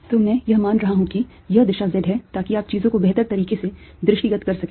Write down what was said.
तो मैं यह मान रहा हूं कि यह दिशा z है ताकि आप चीजों को बेहतर तरीके से दृष्टिगत कर सकें